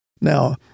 Now